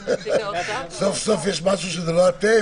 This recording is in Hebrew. (ב)הפעלת חנות למכירת מזון שאינה בית אוכל,